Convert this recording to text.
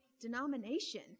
denomination